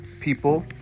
people